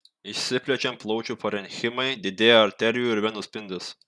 išsiplečiant plaučių parenchimai didėja arterijų ir venų spindis